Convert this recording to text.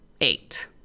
eight